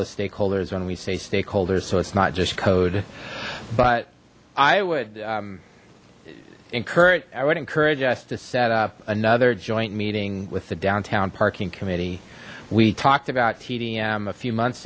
the stakeholders when we say stakeholders so it's not just code but i would encourage i would encourage us to set up another joint meeting with the downtown parking committee we talked about tdm a few months